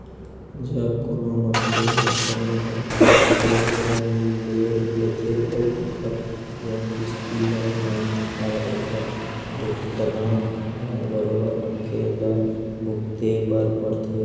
जब कोनो मनखे ह कोनो परकार के लोन ले लेथे अउ ओखर जउन किस्ती ल नइ पटाय ओखर भुगतना ल बरोबर मनखे ल भुगते बर परथे